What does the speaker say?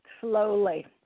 slowly